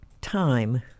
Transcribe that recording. time